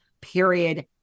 period